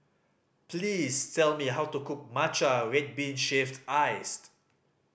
please tell me how to cook matcha red bean shaved iced